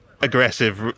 Aggressive